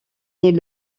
est